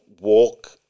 walk